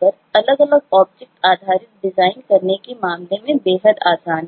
पर अलग अलग ऑब्जेक्ट आधारित डिज़ाइन करने के मामले में बेहद आसान है